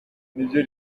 nibyo